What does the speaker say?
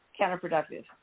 counterproductive